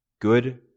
good